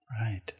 Right